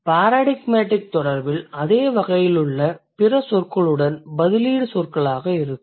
paradigmatic தொடர்பில் அதே வகையிலுள்ள பிற சொற்களுடன் பதிலீடு சொற்களாக இருக்கும்